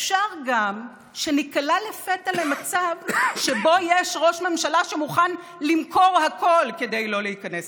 אפשר גם שניקלע לפתע למצב שבו יש ראש ממשלה שמוכן למכור הכול כדי לא להיכנס